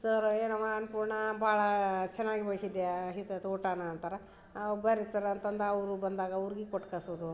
sir ಏನಮ್ಮ ಅನ್ನಪೂರ್ಣ ಭಾಳ ಚೆನ್ನಾಗಿ ವಹಿಸಿದ್ದೀಯ ಹಿತ್ ತೋಟನ ಅಂತಾರೆ ಬನ್ರಿ ಸರ್ ಅಂತಂದು ಅವರು ಬಂದಾಗ ಅವ್ರ್ಗೆ ಕೊಟ್ಟು ಕಳ್ಸೊದು